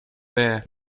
there